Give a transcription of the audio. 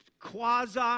quasi